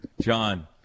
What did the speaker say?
John